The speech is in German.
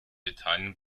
italien